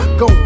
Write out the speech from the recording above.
go